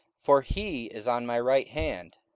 for he is on my right hand,